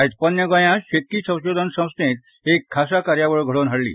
आयज पोन्ने गोंया शेतकी संशोधन संस्थेन आयज एक खासा कार्यावळ घडोवन हाडली